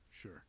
sure